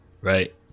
Right